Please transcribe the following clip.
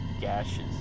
gashes